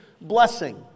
blessing